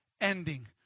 ending